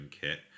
kit